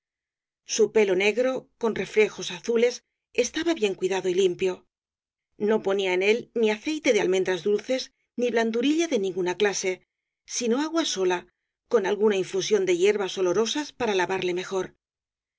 su pelo negro con reflejos azules estaba bien cuidado y limpio no ponía en él ni aceite de al mendras dulces ni blandurilla de ninguna clase sino agua sola con alguna infusión de hierbas olo rosas para lavarle mejor